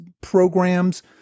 programs